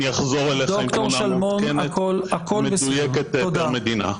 אני אחזור אליך עם תמונה מעודכנת ומדויקת של כל מדינה.